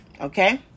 okay